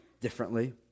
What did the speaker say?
differently